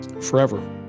forever